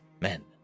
men